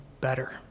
better